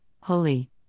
holy